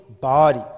body